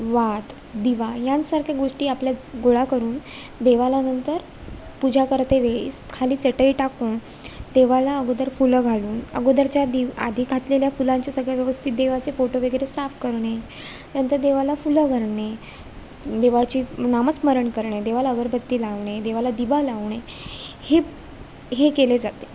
वात दिवा यांसारख्या गोष्टी आपल्या गोळा करून देवाला नंतर पूजा करते वेळीस खाली चटई टाकून देवाला अगोदर फुलं घालून अगोदरच्या दि आधी घातलेल्या फुलांचे सगळे व्यवस्थित देवाचे फोटो वगैरे साफ करणे नंतर देवाला फुलं घालणे देवाची नामस्मरण करणे देवाला अगरबत्ती लावणे देवाला दिवा लावणे हे हे केले जाते